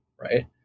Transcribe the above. right